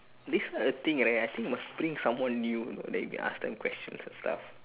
this type of thing right I think must bring someone new then you can ask them questions and stuff